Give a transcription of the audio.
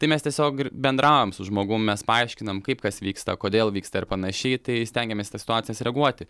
tai mes tiesiog bendraujam su žmogum mes paaiškinam kaip kas vyksta kodėl vyksta ir panašiai tai stengiamės į tas situacijas reaguoti